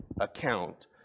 account